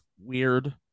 weird